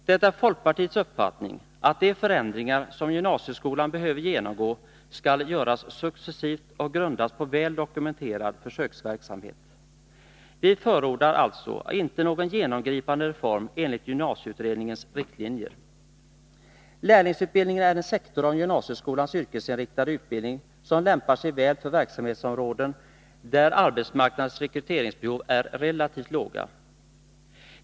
Det är folkpartiets uppfattning att de förändringar som gymnasieskolan behöver genomgå skall göras successivt och grundas på väl dokumenterad försöksverksamhet. Vi förordar alltså inte någon genomgripande reform enligt gymnasieutredningens riktlinjer. Lärlingsutbildningen är en sektor av gymnasieskolans yrkesinriktade utbildning som lämpar sig väl för verksamhetsområden där arbetsmarknadens rekryteringsbehov är relativt små.